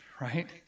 right